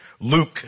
Luke